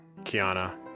Kiana